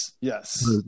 yes